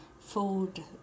food